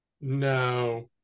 No